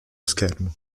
schermo